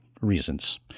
reasons